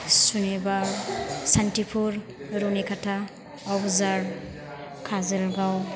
सुनिबार सानथिफुर रुनिकाटा आवजार खाजोलगाव